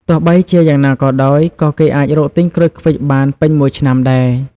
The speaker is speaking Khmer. ទោះបីជាយ៉ាងណាក៏ដោយ ក៏គេអាចរកទិញក្រូចឃ្វិចបានពេញមួយឆ្នាំដែរ ។